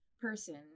person